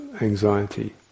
anxiety